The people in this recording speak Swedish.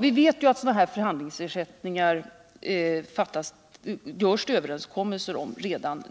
Vi vet att det redan nu träffas ge vilken beskrivning han vill. De facto har sådana överenskommelser om Måndagen